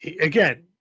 Again